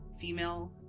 female